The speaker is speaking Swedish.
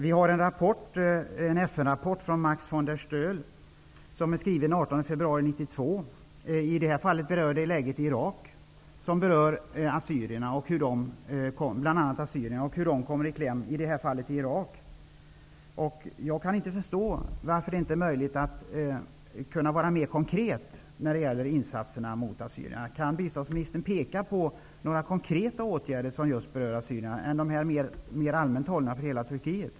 Vi har fått en FN-rapport som är skriven den 18 februari 1992 rörande läget i Irak, hur assyrierna kommer i kläm där. Jag kan inte förstå varför det inte är möjligt att vara mer konkret när det gäller insatserna för assyrierna. Kan biståndsministern peka på några andra konkreta åtgärder som just berör assyrierna än de mer allmänna för hela Turkiet?